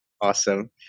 Awesome